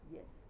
Yes